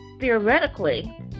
theoretically